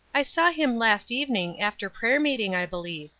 i saw him last evening, after prayer-meeting, i believe,